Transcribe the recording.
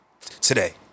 today